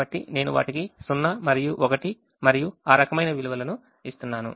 కాబట్టి నేను వాటికి 0 మరియు 1 మరియు ఆ రకమైన విలువలను ఇస్తున్నాను